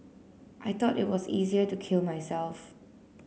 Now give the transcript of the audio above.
I thought it was easier to kill myself